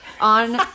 on